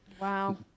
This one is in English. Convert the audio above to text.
wow